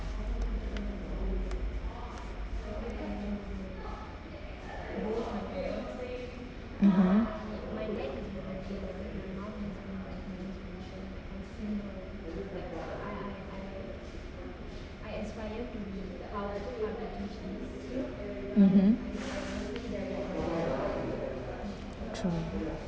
mmhmm mmhmm true